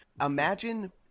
Imagine